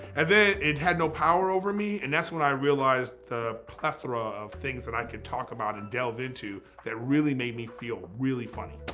and then it had no power over me, and that's when i realized the plethora of things that could talk about and delve into that really made me feel really funny.